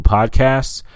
Podcasts